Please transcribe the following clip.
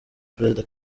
perezida